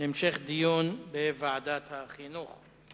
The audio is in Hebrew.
להמשך דיון בוועדת החינוך.